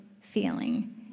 feeling